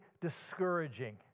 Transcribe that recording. discouraging